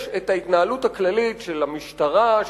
יש ההתנהלות הכללית של המשטרה,